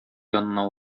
янына